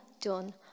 done